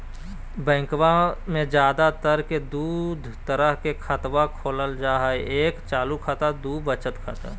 बैंकवा मे ज्यादा तर के दूध तरह के खातवा खोलल जाय हई एक चालू खाता दू वचत खाता